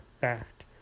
fact